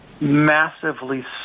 massively